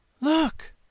Look